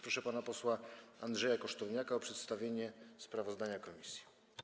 Proszę pana posła Andrzeja Kosztowniaka o przedstawienie sprawozdania komisji.